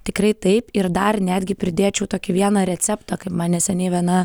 tikrai taip ir dar netgi pridėčiau tokį vieną receptą kaip man neseniai viena